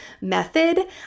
method